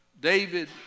David